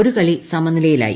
ഒരു കളി സമനിലയിലായി